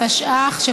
התשע"ח 2018,